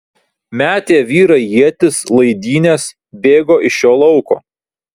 metė vyrai ietis laidynes bėgo iš šio lauko